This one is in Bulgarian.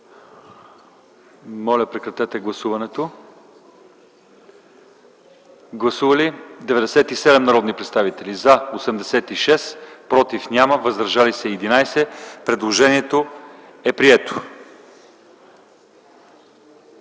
му място в § 86, т. 3. Гласували 97 народни представители: за 86, против няма, въздържали се 11. Предложението е прието.